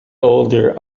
older